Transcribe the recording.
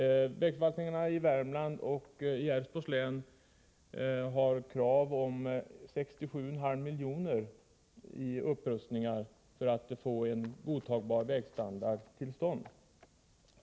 Vägförvaltningarna i Värmlands och Älvsborgs län kräver 67,5 milj.kr. till upprustningar för att få till stånd en godtagbar vägstandard.